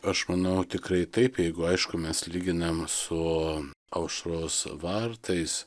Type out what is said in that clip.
aš manau tikrai taip jeigu aišku mes lyginam su aušros vartais